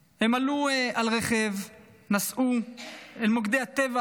הם עלו על רכב, נסעו אל מוקדי הטבח